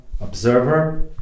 observer